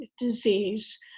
disease